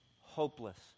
hopeless